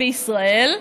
בישראל,